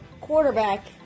quarterback